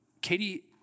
Katie